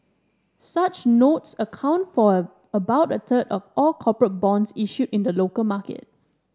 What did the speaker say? such notes account for about a third of all corporate bonds issued in the local market